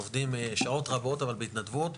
עובדים שעות רבות אבל בהתנדבות,